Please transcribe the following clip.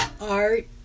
art